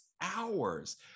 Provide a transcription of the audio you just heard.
hours